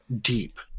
deep